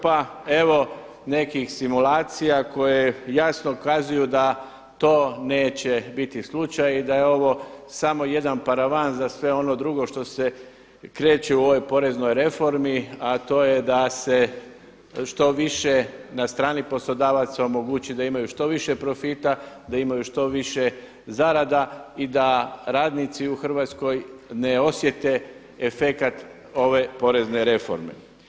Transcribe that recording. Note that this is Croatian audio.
Pa evo nekih simulacija koje jasno kazuju da to neće biti slučaj i da je ovo samo jedan paravan za sve ono drugo što se kreće u ovoj poreznoj reformi a to je da se što više na strani poslodavaca omogući da imaju što više profita, da imaju što više zarada i da radnici u Hrvatskoj ne osjete efekat ove porezne reforme.